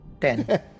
ten